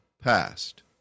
passed